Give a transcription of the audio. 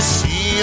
see